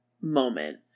moment